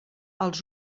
els